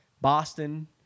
Boston